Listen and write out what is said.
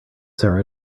sarah